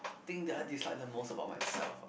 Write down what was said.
thing that I dislike the most about myself ah